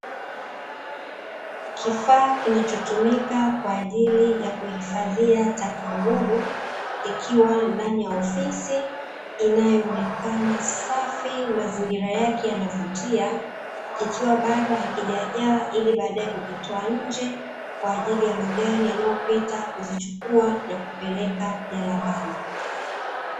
Kifaa kinachotumika kwa ajili ya kuhifadhia taka ngumu kikiwa ndani ya ofisi inayoonekana safi, mazingira yake yanavutia; kikiwa bado hakijajaa ili baadae kukitoa nje kwa ajili ya magari yanayopita kuzichukua na kuzipeleka jalalani.